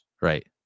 right